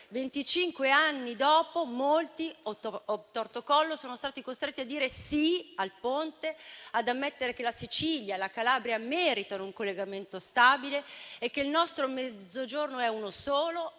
anni dopo molti sono stati costretti, *obtorto collo*, a dire sì al Ponte, ad ammettere che la Sicilia e la Calabria meritano un collegamento stabile, che il nostro Mezzogiorno è uno solo